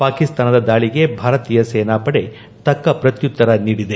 ಪಾಕಿಸ್ತಾನದ ದಾಳಿಗೆ ಭಾರತೀಯ ಸೇನಾಪಡೆ ತಕ್ಕ ಪ್ರತ್ಯುತ್ತರ ನೀಡಿದೆ